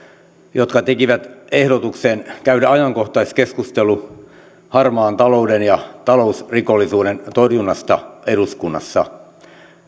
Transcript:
jotka tekivät ehdotuksen käydä ajankohtaiskeskustelu harmaan talouden ja talousrikollisuuden torjunnasta eduskunnassa